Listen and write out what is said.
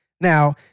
Now